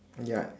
ya